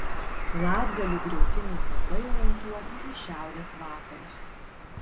latgalių griautiniai kapai orientuoti į šiaurės vakarus